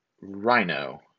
Rhino